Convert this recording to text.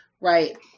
Right